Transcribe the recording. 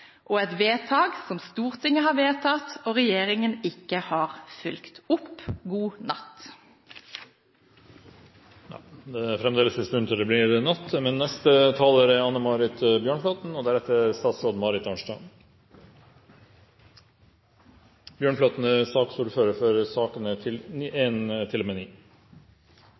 og et vedtak som Stortinget har fattet, men som regjeringen ikke har fulgt opp. God natt! Det er fremdeles en stund til det blir natt, så neste taler er representanten Anne Marit Bjørnflaten. Representanten Aspaker hevdet tidligere at det ville bli mer penger til